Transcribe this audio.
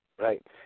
right